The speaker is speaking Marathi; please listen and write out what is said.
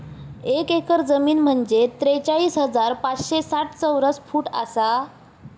एक एकर जमीन म्हंजे त्रेचाळीस हजार पाचशे साठ चौरस फूट आसा